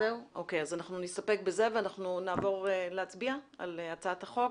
אנחנו נסתפק בזה ואנחנו נעבור להצביע על הצעת החוק.